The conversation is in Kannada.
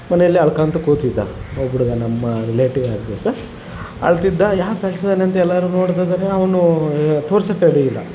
ಮನೇಲೆ ಅಳ್ಕೊಂತ್ ಕೂತಿದ್ದ ಒಬ್ಬಹುಡ್ಗ ನಮ್ಮ ರಿಲೇಟಿವ್ ಆಗಬೇಕು ಅಳ್ತಿದ್ದ ಯಾಕೆ ಅಳ್ತಿದಾನೆ ಅಂತ ಎಲ್ಲರೂ ನೋಡ್ತಿದಾರೆ ಅವನು ಎ ತೋರ್ಸೋಕ್ ರೆಡಿ ಇಲ್ಲ